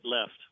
left